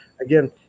again